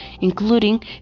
including